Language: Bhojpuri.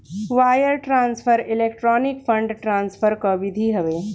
wire transfer electronic fund transfer कअ विधि हवे